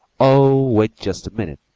oh, wait just a minute!